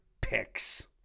picks